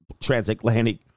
transatlantic